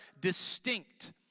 distinct